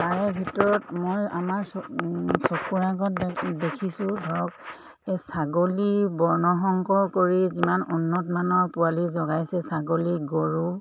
তাৰে ভিতৰত মই আমাৰ চ চকুৰ আগত দেখিছোঁ ধৰক এই ছাগলী বৰ্ণসংকৰ কৰি যিমান উন্নতমানৰ পোৱালি জগাইছে ছাগলী গৰু